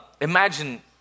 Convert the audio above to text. Imagine